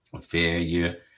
Failure